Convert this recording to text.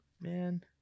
Man